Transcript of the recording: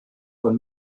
von